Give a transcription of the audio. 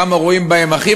כמה רואים בהם אחים.